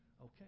Okay